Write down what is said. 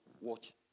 watch